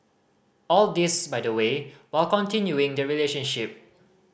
all this by the way while continuing the relationship